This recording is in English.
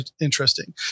interesting